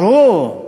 ברור.